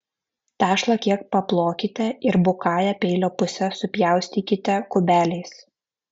tešlą kiek paplokite ir bukąja peilio puse supjaustykite kubeliais